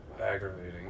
aggravating